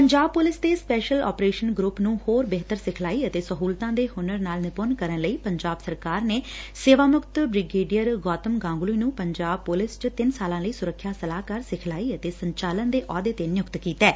Punjab police ਨੇ special operation group ਨੂੰ ਹੋਰ ਬਿਹਤਰ ਸਿਖਲਾਈ ਅਤੇ ਸਹੂਲਤਾਂ ਦੇ ਹੁਨਰਾਂ ਨਾਲ ਨਿਪੁੰਨ ਕਰਨ ਲਈ ਪੰਜਾਬ ਸਰਕਾਰ ਨੇ ਸੇਵਾ ਮੁਕਤ ਬ੍ਰੀ ਗੇਰਡੀਅਰ ਗੋਤਮ ਗਾਂਗੁਲੀ ਨੂੰ ਪੰਜਾਬ ਪੁਲਿਸ ਚ ਤਿੰਨ ਸਾਲਾ ਲਈ ਸੁਰੱਖਿਆ ਸਲਾਹਕਾਰ ਸਿਖਲਾਈ ਅਤੇ ਸੰਚਾਲਨ ਦੇ ਅਹੁੱਦੇ ਤੇ ਨਿਯੁਕਤ ਕੀਤੈ